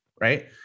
right